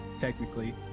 Technically